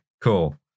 cool